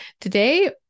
today